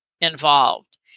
involved